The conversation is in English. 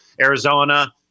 Arizona